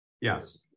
Yes